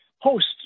hosts